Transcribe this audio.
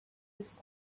was